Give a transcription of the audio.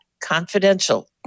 Confidential